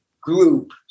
group